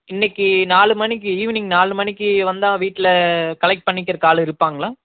இன்னிக்கு நாலு மணிக்கி ஈவினிங் நாலு மணிக்கு வந்தால் வீட்டில் கலெக்ட் பண்ணிக்கிறக் ஆள் இருப்பாங்களா